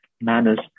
manners